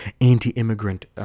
anti-immigrant